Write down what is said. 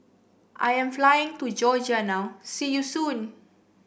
I am flying to Georgia now see you soon